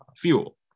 fuel